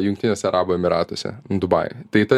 jungtiniuose arabų emyratuose dubajuj tai ta